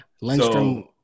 Lindstrom